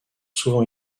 souvent